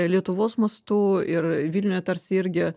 lietuvos mastu ir vilniuje tarsi irgi